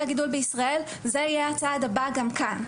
הגידול בישראל זה יהיה הצעד הבא גם כאן.